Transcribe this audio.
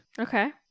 Okay